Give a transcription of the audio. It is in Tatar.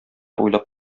уйлап